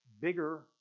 bigger